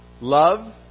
love